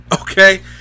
okay